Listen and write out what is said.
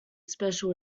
special